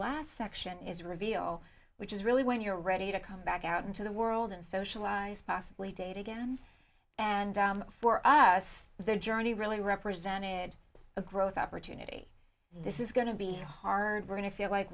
last section is reveal which is really when you're ready to come back out into the world and socialize possibly date again and for us the journey really represented a growth opportunity this is going to be hard we're going to feel like